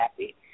happy